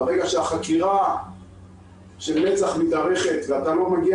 ברגע שהחקירה של מצ"ח מתארכת ואתה לא מגיע